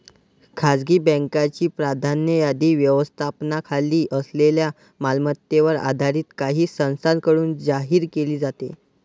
खासगी बँकांची प्राधान्य यादी व्यवस्थापनाखाली असलेल्या मालमत्तेवर आधारित काही संस्थांकडून जाहीर केली जाते